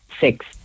Six